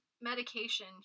medication